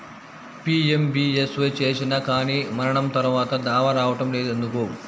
PMBSY చేసినా కానీ మరణం తర్వాత దావా రావటం లేదు ఎందుకు?